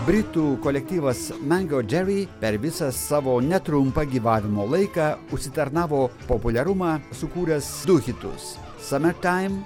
britų kolektyvas mango džeri per visą savo netrumpą gyvavimo laiką užsitarnavo populiarumą sukūręs du hitus sanataim